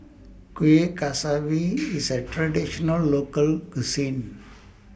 Kueh Kaswi IS A Traditional Local Cuisine